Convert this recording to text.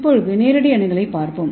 இப்போது நேரடி அணுகலைப் பார்ப்போம்